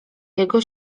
jego